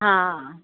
हा